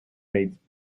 dates